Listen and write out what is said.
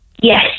Yes